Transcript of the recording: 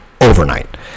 overnight